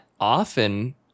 often